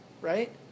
Right